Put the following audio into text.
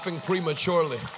prematurely